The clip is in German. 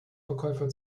verkäufer